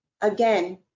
again